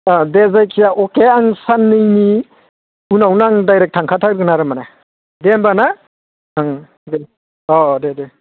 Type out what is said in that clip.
दे जायखिया अके आं साननैनि उनावनो आं डाइरेक्ट थांखाथारगोन आरो माने दे होमबा ना ओं दे अह दे दे